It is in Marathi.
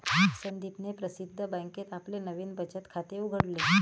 संदीपने प्रसिद्ध बँकेत आपले नवीन बचत खाते उघडले